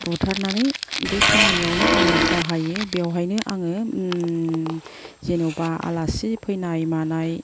बुथारनानै बे खामानियावनो आङो बाहायो बेवहायनो आङो जेन'बा आलासि फैनाय मानाय